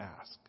ask